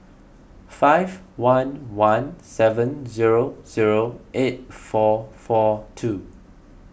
five one one seven zero zero eight four four two